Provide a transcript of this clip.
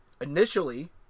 initially